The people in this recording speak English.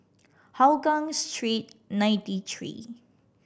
Hougang Street Ninety Three